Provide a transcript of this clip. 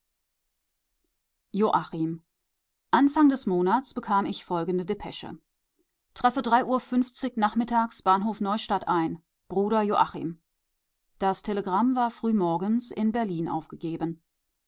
anfang des monats bekam ich folgende depesche treffe drei uhr fünfzig nachmittags bahnhof neustadt ein bruder joachim das telegramm war frühmorgens in berlin aufgegeben